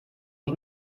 els